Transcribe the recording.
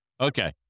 Okay